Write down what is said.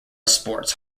sports